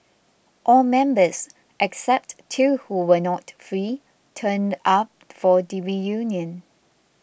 all members except two who were not free turned up for the reunion